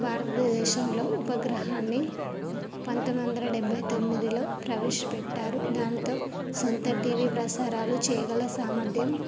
భారతదేశంలో ఉపగ్రహాన్ని పంతొమ్మిది వందల డెబ్భై తొమ్మిదిలో ప్రవేశపెట్టారు దాంతో సొంత టీవీ ప్రసారాలు చేయగల సామర్థ్యం